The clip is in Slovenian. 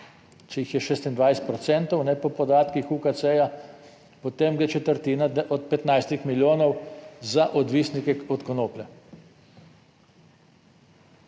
jih je 26 % po podatkih UKC, potem gre četrina od 15-ih milijonov za odvisnike od konoplje.